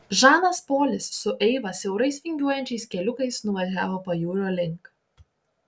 žanas polis su eiva siaurais vingiuojančiais keliukais nuvažiavo pajūrio link